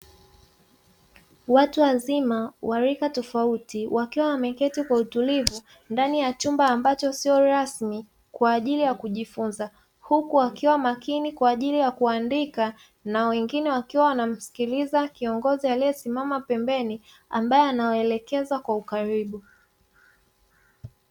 Watu wazima wa rika tofauti wakiwa wameketi kwa utulivu ndani ya chumba ambacho sio rasmi kwa ajili ya kujifunza, huku wakiwa makini kwaajili ya kuandika na wengine wakiwa wanamsikiliza kiongozi aliyesimama pembeni ambaye anawaelekeza kwa ukaribu.